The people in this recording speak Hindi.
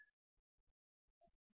ti हैं